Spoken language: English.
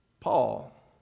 Paul